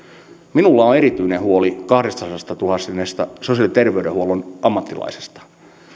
minulla on on erityinen huoli kahdestasadastatuhannesta sosiaali ja terveydenhuollon ammattilaisesta